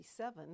1957